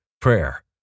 Prayer